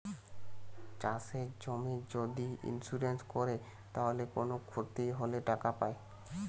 চাষের জমির যদি ইন্সুরেন্স কোরে তাইলে কুনো ক্ষতি হলে টাকা পায়